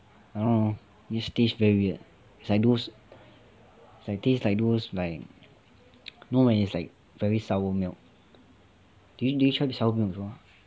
I don't know just tastes very weird it's like those like tastes like those like no eh it's like very sour milk did you did you try sour milk before